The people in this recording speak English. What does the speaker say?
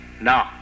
No